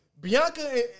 Bianca